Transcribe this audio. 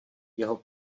jeho